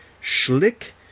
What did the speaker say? Schlick